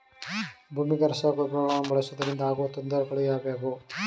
ಭೂಮಿಗೆ ರಸಗೊಬ್ಬರಗಳನ್ನು ಬಳಸುವುದರಿಂದ ಆಗುವ ತೊಂದರೆಗಳು ಯಾವುವು?